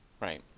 Right